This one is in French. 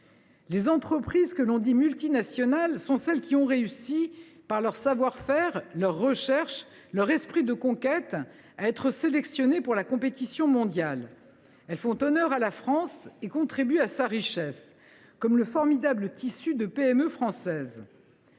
Les entreprises que l’on dit multinationales sont celles qui ont réussi, par leur savoir faire, leur recherche, leur esprit de conquête, à être sélectionnées pour la compétition mondiale. Elles font honneur à la France et contribuent à sa richesse, à l’instar du formidable tissu des PME françaises.